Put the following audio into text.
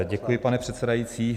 Děkuji, pane předsedající.